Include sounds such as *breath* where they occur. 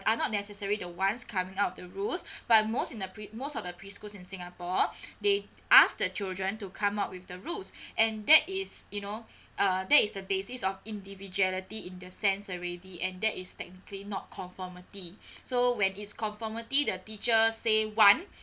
are not necessary the ones coming out with the rules *breath* but most in most of the preschools in singapore *breath* they asked the children to come up with the rules *breath* and that is you know uh that is the basis of individuality in the sense already and that is technically not conformity *breath* so when its conformity the teacher say one *breath*